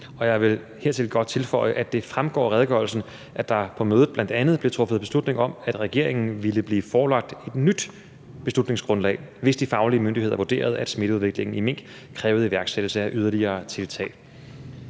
Jeg vil hertil tilføje, at det fremgår af redegørelsen, at der på mødet bl.a. blev truffet beslutning om, at regeringen ville blive forelagt et nyt beslutningsgrundlag, hvis de faglige myndigheder vurderede, at smitteudviklingen hos mink krævede iværksættelse af yderligere tiltag.